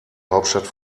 hauptstadt